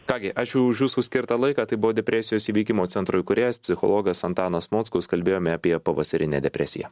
ką gi ačiū už jūsų skirtą laiką tai buvo depresijos įveikimo centro įkūrėjas psichologas antanas mockus kalbėjome apie pavasarinę depresiją